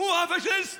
הוא הפאשיסט.